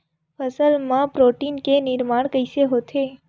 फसल मा प्रोटीन के निर्माण कइसे होथे?